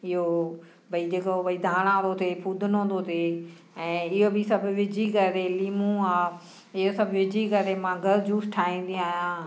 इहो भई जेको भई धाणो थो थिए फूदनो थो थिए ऐं इहो बि सभु विझी करे लीमो आहे हीअ सभु विझी करे मां घरु जूस ठाहींदी आहियां